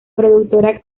productora